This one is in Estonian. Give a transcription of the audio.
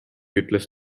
ütles